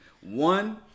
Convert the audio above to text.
one